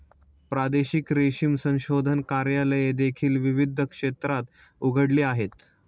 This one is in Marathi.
प्रादेशिक रेशीम संशोधन कार्यालये देखील विविध क्षेत्रात उघडली आहेत